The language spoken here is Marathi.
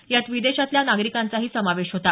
यात विदेशातल्या नागरिकांचाही समावेश होता